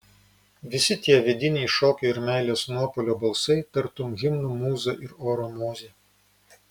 visi tie vidiniai šokio ir meilės nuopuolio balsai tartum himnų mūza ir oro mozė